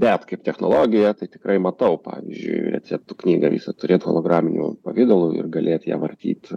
bet kaip technologiją tai tikrai matau pavyzdžiui receptų knygą visą turėti holograminiu pavidalu ir galėt ją vartyt